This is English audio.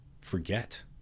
forget